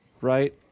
right